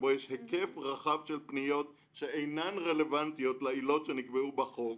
שבו יש היקף רחב של פניות שאינן רלוונטיות לעילות שנקבעו בחוק,